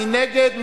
מי נגד?